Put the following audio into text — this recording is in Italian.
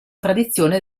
tradizione